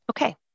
Okay